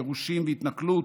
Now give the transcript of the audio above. גירושים והתנכלות,